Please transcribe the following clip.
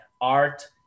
art